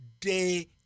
day